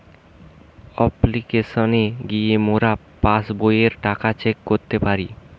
অপ্লিকেশনে গিয়ে মোরা পাস্ বইয়ের টাকা চেক করতে পারি